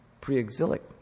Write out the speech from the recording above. pre-exilic